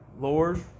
Lord